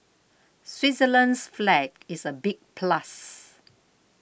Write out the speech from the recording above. Switzerland's flag is a big plus